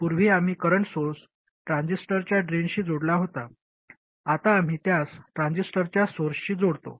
पूर्वी आम्ही current source ट्रान्झिस्टरच्या ड्रेनशी जोडला होता आता आम्ही त्यास ट्रान्झिस्टरच्या सोर्सशी जोडतो